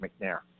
McNair